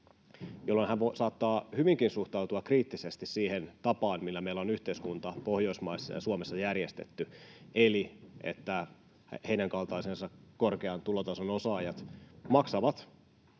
jolloin hän saattaa hyvinkin suhtautua kriittisesti siihen tapaan, millä meillä on yhteiskunta Pohjoismaissa ja Suomessa järjestetty, eli että heidän kaltaisensa korkean tulotason osaajat maksavat